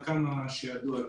עד כמה שידוע לנו.